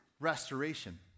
Restoration